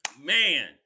Man